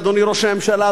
אדוני ראש הממשלה,